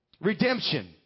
Redemption